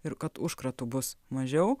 ir kad užkratų bus mažiau